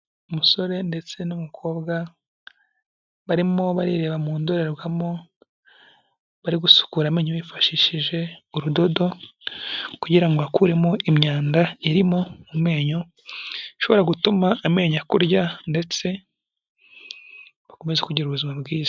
Umusore ndetse n'umukobwa barimo bareba mu ndorerwamo bari gusukura amenyo bifashishije urudodo kugirango bakuremo imyanda irimo mu menyo ishobora gutuma amenya akurya detse bakomeza kugira ubuzima bwiza.